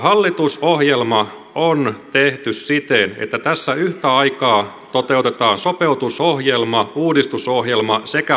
hallitusohjelma on tehty siten että tässä yhtä aikaa toteutetaan sopeutusohjelma uudistusohjelma sekä panostusohjelma